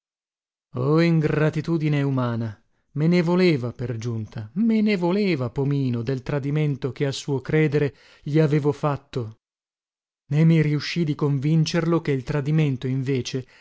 oh ingratitudine umana me ne voleva per giunta me ne voleva pomino del tradimento che a suo credere gli avevo fatto né mi riuscì di convincerlo che il tradimento invece